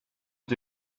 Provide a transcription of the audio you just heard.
att